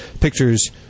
pictures